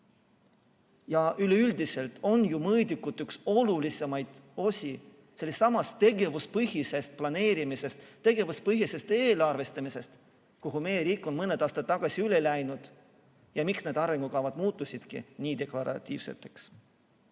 Ja üleüldiselt on ju mõõdikud üks olulisemaid osi sellessamas tegevuspõhises planeerimises, need on osa tegevuspõhisest eelarvestamisest, millele meie riik on mõned aastad tagasi üle läinud, ja põhjus, miks need arengukavad üldse muutusid nii deklaratiivseteks.